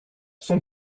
son